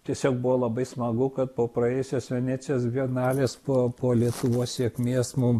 tiesiog buvo labai smagu kad po praėjusios venecijos bienalės po po lietuvos sėkmės mum